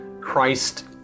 Christ